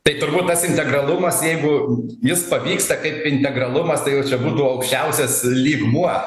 tai turbūt tas integralumas jeigu jis pavyksta kaip integralumas tai jau čia būtų aukščiausias lygmuo